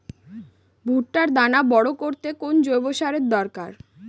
ভুট্টার দানা বড় করতে কোন জৈব সারের দরকার?